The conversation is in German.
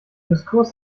diskurs